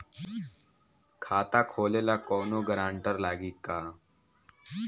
खाता खोले ला कौनो ग्रांटर लागी का?